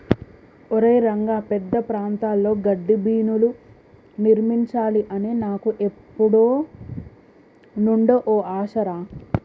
ఒరై రంగ పెద్ద ప్రాంతాల్లో గడ్డిబీనులు నిర్మించాలి అని నాకు ఎప్పుడు నుండో ఓ ఆశ రా